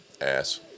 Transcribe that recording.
Ass